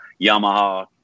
Yamaha